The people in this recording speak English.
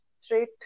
straight